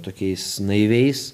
tokiais naiviais